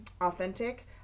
authentic